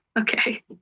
okay